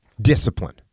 discipline